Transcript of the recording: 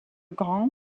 grand